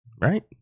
right